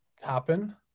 happen